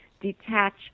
detach